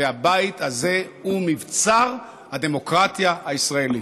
והבית הזה הוא מבצר הדמוקרטיה הישראלית.